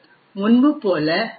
முன்பு போல எல்